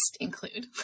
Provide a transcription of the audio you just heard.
include